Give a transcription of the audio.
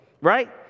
right